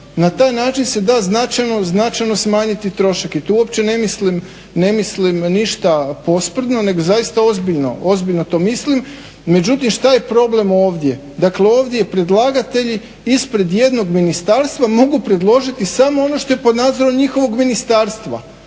na taj način se da značajno, značajno smanjiti trošak. I tu uopće ne mislim ništa posprdno nego zaista ozbiljno, ozbiljno to mislim. Međutim, šta je problem ovdje, dakle ovdje je predlagatelj ispred jednog ministarstva mogu predložiti samo ono što je pod nadzorom njihovog ministarstva